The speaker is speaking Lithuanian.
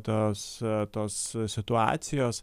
tos tos situacijos